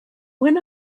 when